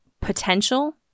potential